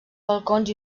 balcons